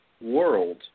world